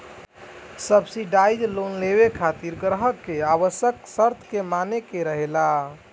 subsidise loan लेबे खातिर ग्राहक के आवश्यक शर्त के माने के रहेला